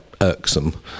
irksome